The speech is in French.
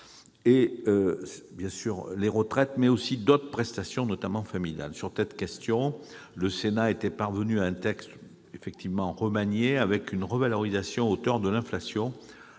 la CSG, en 2018, mais aussi d'autres prestations, notamment familiales. Sur cette question, le Sénat était parvenu à un texte remanié, avec une revalorisation à hauteur de l'inflation,